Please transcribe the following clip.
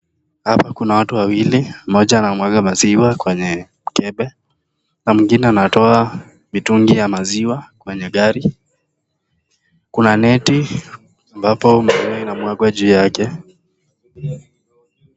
Hapa kuna watu wawili mmoja anamwaga maziwa kwenye mkebe na mwingine anatoa mitungi ya maziwa kwenye gari. Kuna neti ambapo inamwagwa juu yake.